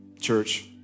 church